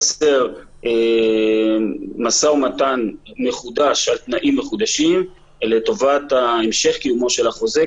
משא ומתן מחודש על תנאים מחודשים לטובת המשך קיומו של החוזה,